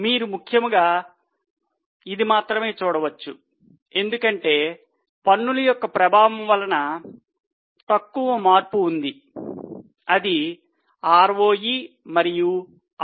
మీరు ముఖ్యముగా ఇది మాత్రమే చూడవచ్చు ఎందుకంటే పన్నులు యొక్క ప్రభావము వలన తక్కువ మార్పు ఉంది అది ROE మరియు ROI